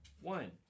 One